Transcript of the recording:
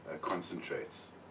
concentrates